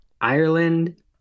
Ireland